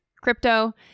crypto